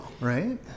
right